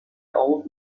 old